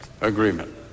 agreement